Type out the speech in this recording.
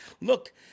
Look